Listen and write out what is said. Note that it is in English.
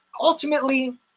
ultimately